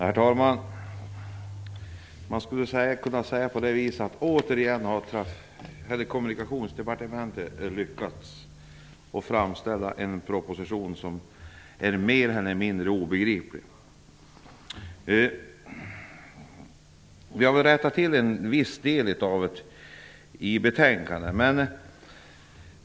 Herr talman! Man skulle kunna säga att Kommunikationsdepartementet återigen har lyckat framställa en proposition som är mer eller mindre obegriplig. I betänkandet har vi rättat till en del av obegripligheterna.